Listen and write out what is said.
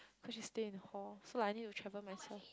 cause she stay in hall so like I need to travel myself